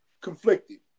conflicted